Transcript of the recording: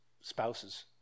spouses